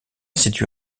situé